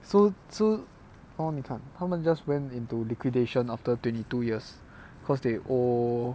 so so hor 你看他们 just went into liquidation after twenty two years because they owe